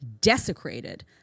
desecrated